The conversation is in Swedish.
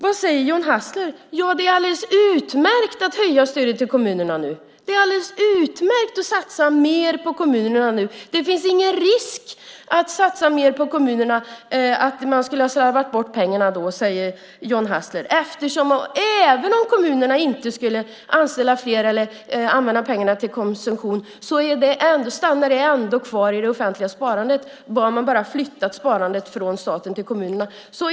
Vad säger John Hassler? Jo, det är alldeles utmärkt att höja stödet till kommunerna. Det är alldeles utmärkt att satsa mer på kommunerna nu. Det finns ingen risk för att man slarvar bort pengarna om man satsar på kommunerna. Även om kommunerna inte anställer fler eller använder pengarna till konsumtion stannar de kvar i det offentliga sparandet. Man har bara flyttat sparandet från staten till kommunerna.